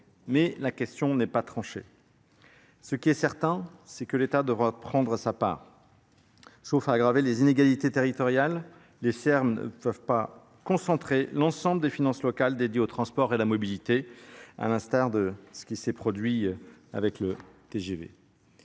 mais la question n'est pas tranchée, ce qui est certain, c'est que l'état doit prendre sa part. Sauf à aggraver les inégalités territoriales les serbes ne peuvent pas concentrer l'ensemble des finances locales dédiées aux transports et à la mobilité à l'instar de ce qui s'est produit avec le g